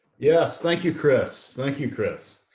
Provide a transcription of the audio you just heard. yes, thank you, chris. thank you, chris.